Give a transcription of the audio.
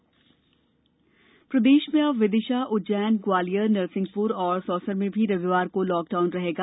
प्रदेश corona प्रदेश में अब विदिशा उज्जैन ग्वालियर नरसिंहपुर तथा सौंसर में भी रविवार को लॉक डाउन रहेगा